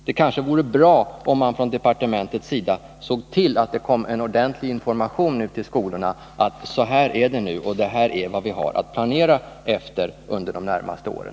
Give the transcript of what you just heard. Det kanske vore bra om man från departementets sida såg till att det till skolorna kom ordentlig information om hur läget är nu och att det är vad man har att planera efter under de närmaste åren.